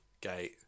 gate